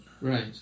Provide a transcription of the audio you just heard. Right